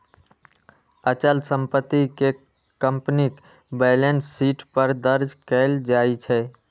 अचल संपत्ति कें कंपनीक बैलेंस शीट पर दर्ज कैल जाइ छै